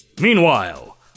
Meanwhile